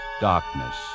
Darkness